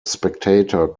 spectator